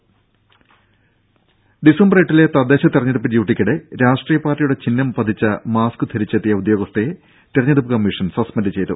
രും ഡിസംബർ എട്ടിലെ തദ്ദേശ തെരഞ്ഞെടുപ്പ് ഡ്യൂട്ടിക്കിടെ രാഷ്ട്രീയ പാർട്ടിയുടെ ചിഹ്നം പതിച്ച മാസ്ക് ധരിച്ചെത്തിയ ഉദ്യോഗസ്ഥയെ തെരഞ്ഞെടുപ്പ് കമ്മീഷൻ സസ്പെൻഡ് ചെയ്തു